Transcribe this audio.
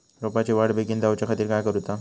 रोपाची वाढ बिगीन जाऊच्या खातीर काय करुचा?